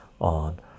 on